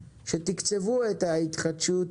שתקצבו את ההתחדשות,